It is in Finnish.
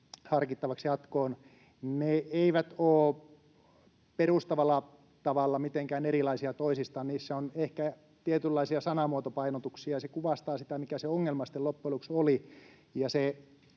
harkittavaksi jatkoon. Ne eivät ole mitenkään perustavalla tavalla erilaisia toisistaan, niissä on ehkä tietynlaisia sanamuotopainotuksia. Se kuvastaa sitä, mikä se ongelma sitten loppujen lopuksi oli.